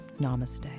Namaste